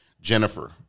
Jennifer